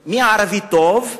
מיון, מי ערבי טוב,